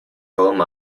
film